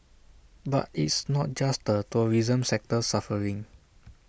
but it's not just the tourism sector suffering